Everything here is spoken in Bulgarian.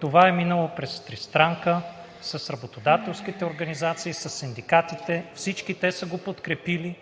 Това е минало през Тристранка, с работодателските организации, със синдикатите – всички те са го подкрепили.